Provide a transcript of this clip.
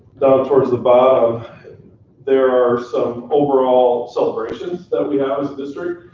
towards the bottom there are some overall celebrations that we have as a district,